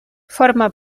forma